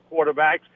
quarterbacks